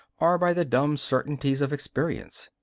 or by the dumb certainties of experience.